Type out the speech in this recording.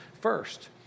first